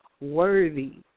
worthy